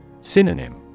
Synonym